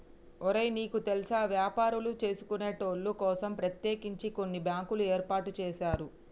ఒరే నీకు తెల్సా వ్యాపారులు సేసుకొనేటోళ్ల కోసం ప్రత్యేకించి కొన్ని బ్యాంకులు ఏర్పాటు సేసారు